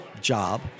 job